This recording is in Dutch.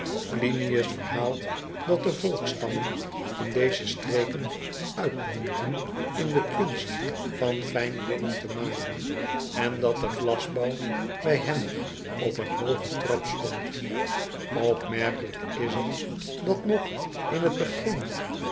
linius verhaalt dat de volksstammen in deze streken uitmuntten in de kunst van fijn linnen te maken en dat de vlasbouw bij hen op een hoogen trap stond pmerkelijk is het dat nog in het begin